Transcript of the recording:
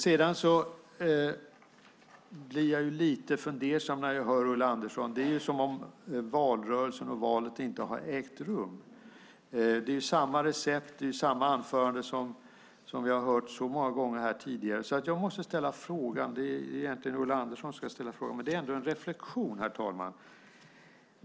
Jag blir lite fundersam när jag hör Ulla Andersson. Det är som att valrörelsen och valet inte har ägt rum. Det är samma recept och samma anförande som vi har hört så många gånger tidigare här. Jag måste ställa en fråga. Det är egentligen Ulla Andersson som ställa frågan, men jag har ändå en reflexion.